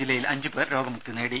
ജില്ലയിൽ അഞ്ചു പേർ രോഗ മുക്തി നേടി